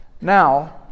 Now